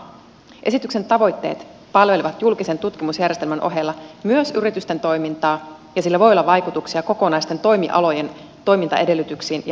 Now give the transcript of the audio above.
esityksen tavoitteet palvelevat julkisen tutkimusjärjestelmän ohella myös yritysten toimintaa ja sillä voi olla vaikutuksia kokonaisten toimialojen toimintaedellytyksiin ja liiketoimintaan